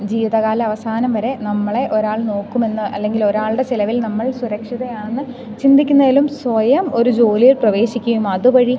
ജീവിതകാലം അവസാനം വരെ നമ്മളെ ഒരാൾ നോക്കുമെന്ന് അല്ലെങ്കിൽ ഒരാളുടെ ചിലവിൽ നമ്മൾ സുരക്ഷിതയാണെന്നു ചിന്തിക്കുന്നതിലും സ്വയം ഒരു ജോലിയിൽ പ്രവേശിക്കുകയും അതുവഴി